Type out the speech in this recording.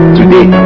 today